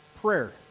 prayer